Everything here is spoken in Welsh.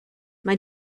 mae